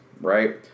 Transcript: Right